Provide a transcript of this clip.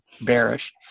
bearish